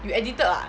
you addicted ah